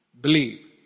believe